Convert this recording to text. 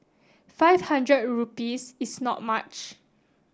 five hundred rupees is not much